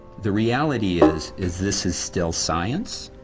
the reality is, is this is still science.